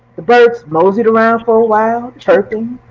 the birds moseyed around for a while, chirping.